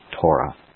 Torah